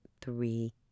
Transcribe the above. three